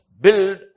build